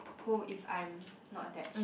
oh if I'm not attached